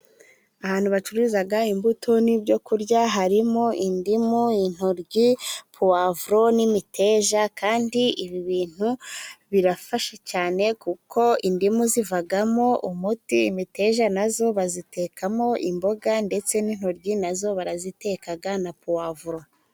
Ahantu bacururizaga, imbuto n'ibyo kurya harimo indimu, intoryi pavuro n'imiteja, kandi ibi bintu birafasha cyane, kuko indimu zivagamo umuti, imiteja nayo bayitekamo, imboga ndetse n'intoryi nazo baraziteka na pavuro.